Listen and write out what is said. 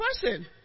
person